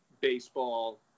baseball